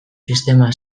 sistema